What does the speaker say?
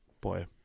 Boy